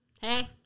Hey